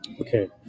Okay